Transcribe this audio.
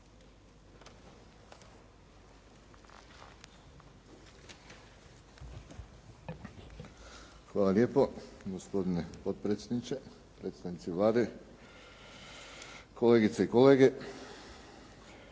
Hvala lijepo gospodine potpredsjedniče, predstavnici Vlade, kolegice i kolege.